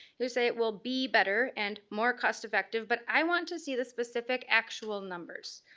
you say it will be better and more cost effective but i want to see the specific actual numbers.